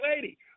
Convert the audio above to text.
lady